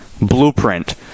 blueprint